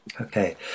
Okay